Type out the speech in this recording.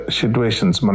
situations